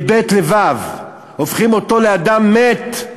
מבי"ת לו"ו, הופכים אותו לאדם מת,